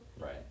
Right